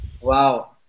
Wow